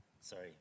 sorry